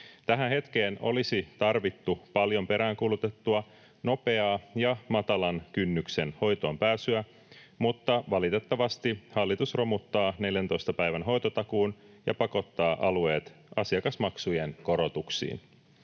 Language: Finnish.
Tähän hetkeen olisi tarvittu paljon peräänkuulutettua nopeaa ja matalan kynnyksen hoitoonpääsyä, mutta valitettavasti hallitus romuttaa 14 päivän hoitotakuun ja pakottaa alueet asiakasmaksujen korotuksiin.